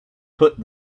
put